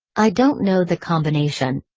i don't know the combination!